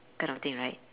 kind of thing right